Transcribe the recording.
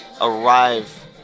arrive